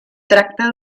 tracta